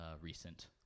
Recent